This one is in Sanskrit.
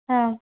आम्